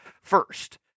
first